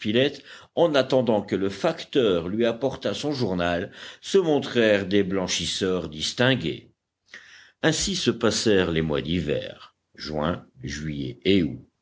en attendant que le facteur lui apportât son journal se montrèrent des blanchisseurs distingués ainsi se passèrent les mois d'hiver juin juillet et août